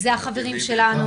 אלה החברים שלנו,